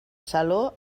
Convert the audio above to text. saló